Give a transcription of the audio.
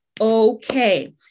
okay